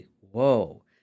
Whoa